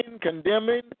condemning